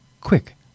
quick